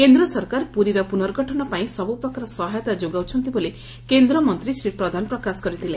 କେନ୍ଦ୍ର ସରକାର ପୁରୀର ପୁନର୍ଗଠନ ପାଇଁ ସବୁ ପ୍ରକାର ସହାୟତା ଯୋଗାଉଛନ୍ତି ବୋଲି କେନ୍ଦ୍ରମନ୍ତୀ ଶ୍ରୀପ୍ରଧାନ ପ୍ରକାଶ କରିଥିଲେ